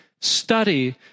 study